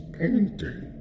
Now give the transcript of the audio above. painting